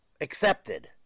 accepted